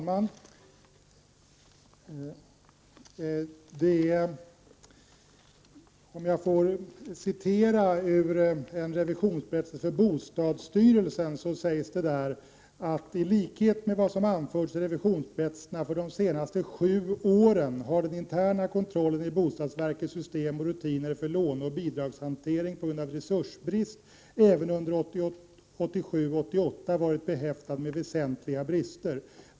Herr talman! I en revisionsberättelse för bostadsstyrelsen sägs: ”I likhet med vad som anförts i revisionsberättelserna för de senaste sju åren har den interna kontrollen i bostadsverkets system och rutiner för låneoch bidragshantering p g a resursbrist även under 1987/88 varit behäftad med väsentliga brister.